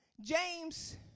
James